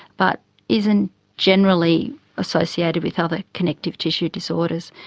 but isn't generally associated with other connective tissue disorders.